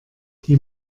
die